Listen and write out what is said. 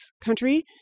country